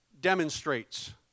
demonstrates